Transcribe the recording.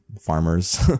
farmers